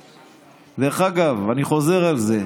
דרך אגב, אני חוזר על זה.